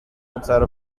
outside